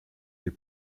des